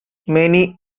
many